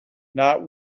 not